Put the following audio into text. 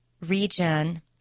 region